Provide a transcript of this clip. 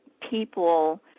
people